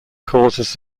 causes